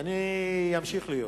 שאני אמשיך להיות